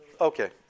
Okay